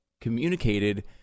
communicated